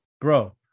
bro